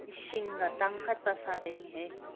ꯏꯁꯤꯡꯒ ꯇꯥꯡꯈꯠꯄ ꯁꯥꯔꯦꯅꯦꯍꯦ